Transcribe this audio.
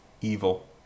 Evil